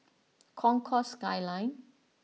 Concourse Skyline